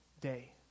day